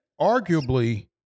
arguably